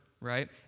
right